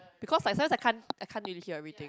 because I sometimes I can't I can't really hear everything